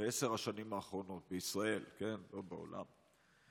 בעשר השנים האחרונות, בישראל, לא בעולם.